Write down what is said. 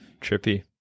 Trippy